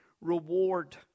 reward